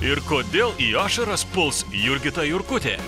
ir kodėl į ašaras puls jurgita jurkutė